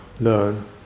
learn